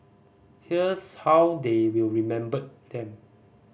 here's how they will remember them